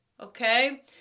Okay